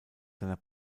seiner